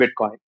Bitcoin